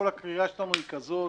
הקריאה שלנו היא כזאת.